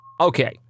Okay